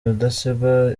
rudasingwa